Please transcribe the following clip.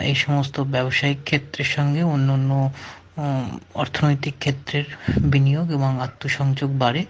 এই সমস্ত ব্যবসায়িক ক্ষেত্রের সঙ্গে অন্য অন্য অর্থনৈতিক ক্ষেত্রের বিনিয়োগ এবং আত্মসংযোগ বাড়ে